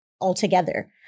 altogether